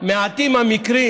מעטים המקרים